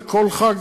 זה כל ח"כ,